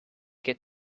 get